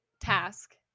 task